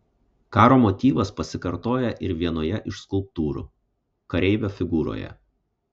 karo motyvas pasikartoja ir vienoje iš skulptūrų kareivio figūroje